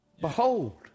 Behold